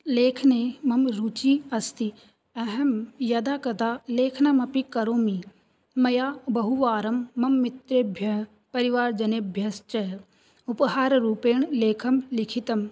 लेखने मम रुचिः अस्ति अहं यदा कदा लेखनमपि करोमि मया बहुवारं मम मित्रेभ्यः परिवारजनेभ्यश्च उपहाररूपेण लेखं लिखितम्